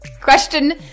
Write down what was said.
Question